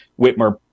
Whitmer